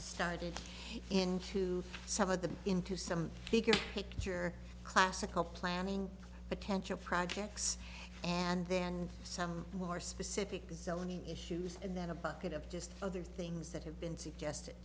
started into some of them into some bigger picture classical planning potential projects and then some more specific design issues and then a bucket of just other things that have been suggested